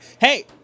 hey